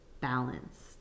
balanced